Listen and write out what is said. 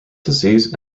disease